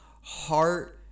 heart